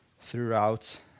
throughout